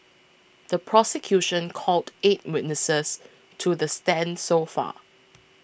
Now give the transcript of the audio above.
the prosecution called eight witnesses to the stand so far